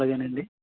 అలాగే అండి